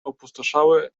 opustoszały